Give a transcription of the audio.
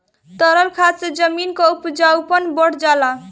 तरल खाद से जमीन क उपजाऊपन बढ़ जाला